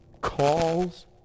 Calls